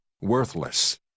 worthless